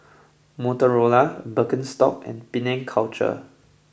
Motorola Birkenstock and Penang Culture